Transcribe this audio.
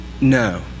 No